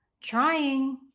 trying